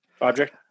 object